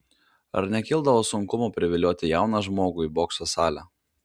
ar nekildavo sunkumų privilioti jauną žmogų į bokso salę